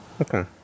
Okay